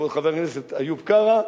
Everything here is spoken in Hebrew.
חבר הכנסת איוב קרא,